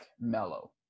mellow